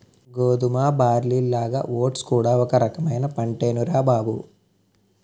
గోధుమ, బార్లీలాగా ఓట్స్ కూడా ఒక రకమైన పంటేనురా బాబూ